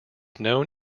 known